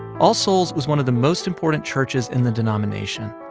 all souls was one of the most important churches in the denomination,